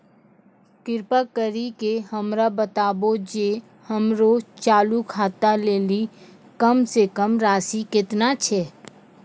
कृपा करि के हमरा बताबो जे हमरो चालू खाता लेली कम से कम राशि केतना छै?